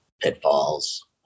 pitfalls